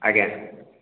ଆଜ୍ଞା